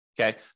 Okay